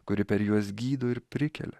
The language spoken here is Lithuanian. kuri per juos gydo ir prikelia